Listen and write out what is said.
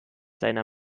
seiner